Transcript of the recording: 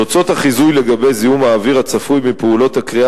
תוצאות החיזוי לגבי זיהום האוויר הצפוי מפעולות הכרייה